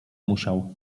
musiał